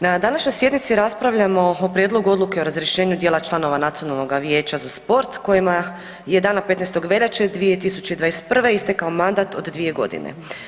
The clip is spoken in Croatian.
Na današnjoj sjednici raspravljamo o Prijedlogu odluke o razrješenju dijela članova Nacionalnog vijeća za sport kojima je dana 15. veljače 2021. istekao mandat od dvije godine.